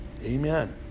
Amen